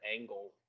angle